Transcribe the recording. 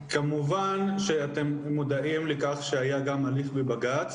כמובן שאתם מודעים לכך שהיה גם הליך בבג"צ